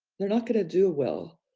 they're not going to do well.